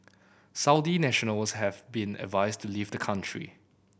Saudi nationals have been advised to leave the country